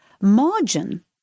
margin